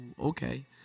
okay